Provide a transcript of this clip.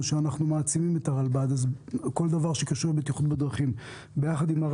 שאנחנו מעצימים את הרלב"ד בכל דבר שקשור לבטיחות בדרכים - לעשות